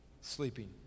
Sleeping